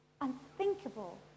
Unthinkable